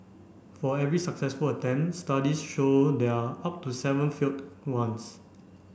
for every successful attempt studies show there are up to seven failed ones